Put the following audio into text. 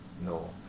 No